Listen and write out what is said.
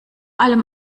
allem